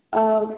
और